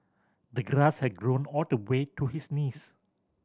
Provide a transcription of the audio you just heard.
the grass had grown all the way to his knees